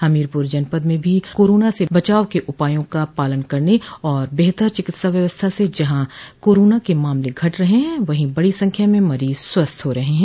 हमीरपुर जनपद में भी कोरोना से बचाव के उपायों का पालन करने और बेहतर चिकित्सा व्यवस्था से जहां कोरोना के मामल घट रहे हैं वहीं बड़ी संख्या में मरीज स्वस्थ हो रहे हैं